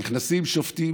נכנסים שופטים,